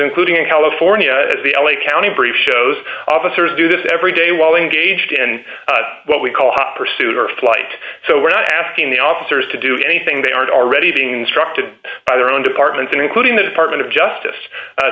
including in california as the l a county briefs shows officers do this every day while engaged in what we call hot pursuit or flight so we're not asking the officers to do anything they aren't already being instructed by their own departments including the department of justice